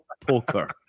Poker